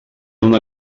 una